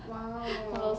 !wow!